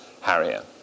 Harrier